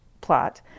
plot